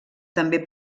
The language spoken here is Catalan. també